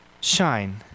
shine